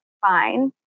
fine